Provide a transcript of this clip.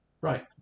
right